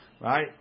Right